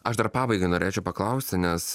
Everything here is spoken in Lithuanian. aš dar pabaigai norėčiau paklausti nes